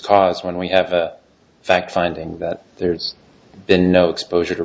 cause when we have a fact finding that there's been no exposure to